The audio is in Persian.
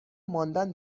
ماندن